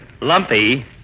Lumpy